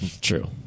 True